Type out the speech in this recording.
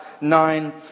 nine